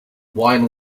wine